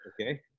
Okay